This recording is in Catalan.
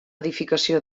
edificació